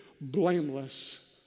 blameless